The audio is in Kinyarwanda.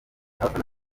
abafana